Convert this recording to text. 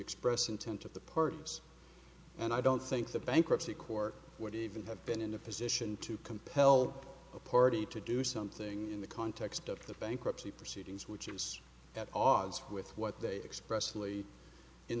express intent of the parties and i don't think the bankruptcy court would even have been in a position to compel a party to do something in the context of the bankruptcy proceedings which seems at odds with what they express